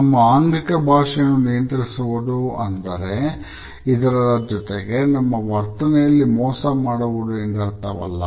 ನಮ್ಮ ಆಂಗಿಕ ಭಾಷೆಯನ್ನು ನಿಯಂತ್ರಿಸುವುದು ಎಂದರೆ ಇತರರ ಜೊತೆಗೆ ನಮ್ಮ ವರ್ತನೆಯಲ್ಲಿ ಮೋಸ ಮಾಡುವುದು ಎಂದರ್ಥವಲ್ಲ